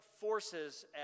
forces